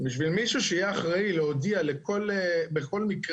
בשביל מישהו שיהיה אחראי להודיע בכל מקרה